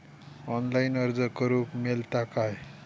Online अर्ज करूक मेलता काय?